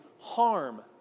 harm